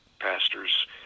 pastors